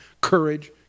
courage